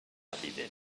evident